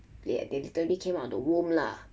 they they literally came out the womb lah